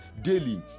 daily